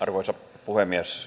arvoisa puhemies